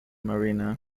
marina